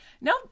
no